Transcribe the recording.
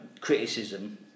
criticism